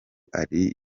aline